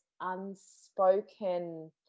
unspoken